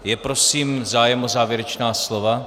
Je prosím zájem o závěrečná slova?